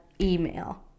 email